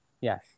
Yes